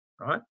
Right